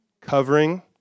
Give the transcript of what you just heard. covering